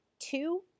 two